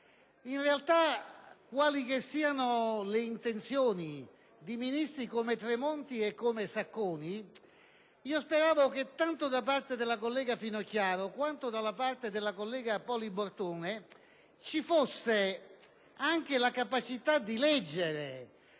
In realtà, quali che siano le intenzioni di Ministri come Tremonti e Sacconi, speravo che tanto da parte della collega Finocchiaro, quanto da parte della collega Poli Bortone ci fosse la capacità di comprendere